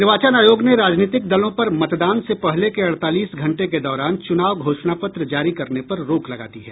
निर्वाचन आयोग ने राजनीतिक दलों पर मतदान से पहले के अड़तालीस घंटे के दौरान चुनाव घोषणा पत्र जारी करने पर रोक लगा दी है